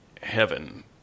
heaven